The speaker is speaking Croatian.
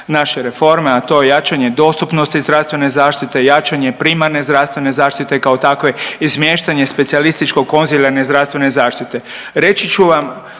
naše reforme, a to je jačanje dostupnosti zdravstvene zaštite, jačanje primarne zdravstvene zaštite kao takve, izmještanje specijalističkog konzilijarne zdravstvene zaštite. Reći ću vam